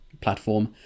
platform